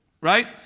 right